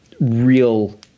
real